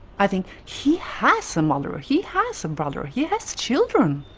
i think, he has a mother, he has a brother, he has children.